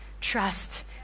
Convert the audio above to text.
trust